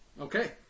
Okay